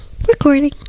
Recording